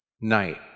night